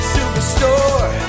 Superstore